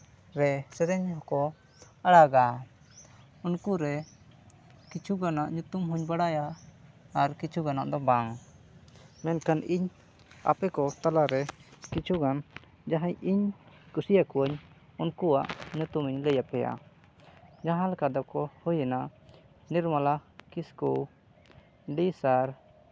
ᱨᱮ ᱥᱮᱨᱮᱧ ᱦᱚᱸᱠᱚ ᱟᱲᱟᱜᱟ ᱩᱱᱠᱩ ᱠᱤᱪᱷᱩ ᱜᱟᱱᱟᱜ ᱧᱩᱛᱩᱢ ᱦᱚᱸᱧ ᱵᱟᱲᱟᱭᱟ ᱟᱨ ᱠᱤᱪᱷᱩ ᱜᱟᱱᱟᱜ ᱫᱚ ᱵᱟᱝ ᱢᱮᱱᱠᱷᱟᱱ ᱤᱧ ᱟᱯᱮ ᱠᱚ ᱛᱟᱞᱟᱨᱮ ᱠᱤᱪᱷᱩᱜᱟᱱ ᱡᱟᱦᱟᱸᱭ ᱤᱧ ᱠᱩᱥᱤᱭᱟᱠᱚᱣᱟᱹᱧ ᱩᱱᱠᱩᱣᱟᱜ ᱧᱩᱛᱩᱢ ᱤᱧ ᱞᱟᱹᱭ ᱯᱮᱭᱟ ᱡᱟᱦᱟᱸ ᱞᱮᱠᱟ ᱫᱚᱠᱚ ᱦᱩᱭᱮᱱᱟ ᱱᱤᱨᱢᱚᱞᱟ ᱠᱤᱥᱠᱩ ᱰᱤ ᱥᱟᱨ